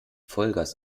vollgas